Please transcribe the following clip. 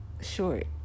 short